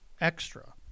extra